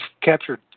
captured